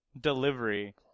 delivery